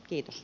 kiitos